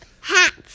Hats